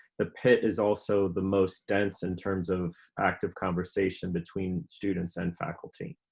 the pit is also the most dense in terms of active conversation between students and faculty.